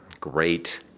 Great